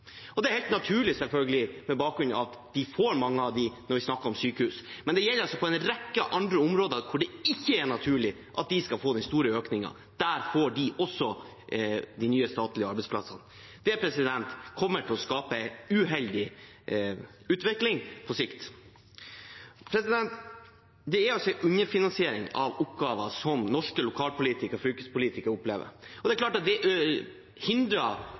Det er selvfølgelig helt naturlig med bakgrunn i at de får mange av dem når vi snakker om sykehus, men det gjelder også på en rekke andre områder hvor det ikke er naturlig at de skal få den store økningen. Der får de også nye statlige arbeidsplasser. Det kommer til å skape en uheldig utvikling på sikt. Det er altså en underfinansiering av oppgaver norske lokalpolitikere og fylkespolitikere opplever. Det er klart at det hindrer